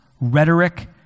Rhetoric